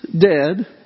dead